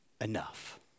enough